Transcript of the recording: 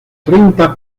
treinta